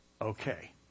Okay